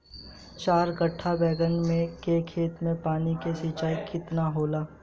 चार कट्ठा बैंगन के खेत में पानी के सिंचाई केतना होला?